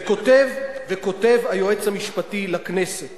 וכותב היועץ המשפטי לכנסת